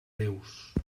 déus